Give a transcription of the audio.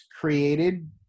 created